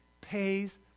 pays